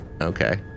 Okay